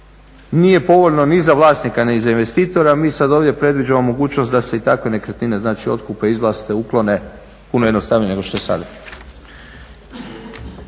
nije povoljno ni za vlasnika, ni za investitora. Mi sad ovdje predviđamo mogućnost da se i takve nekretnine, znači otkupe, izvlaste, uklone, puno jednostavnije nego što je sada.